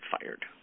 fired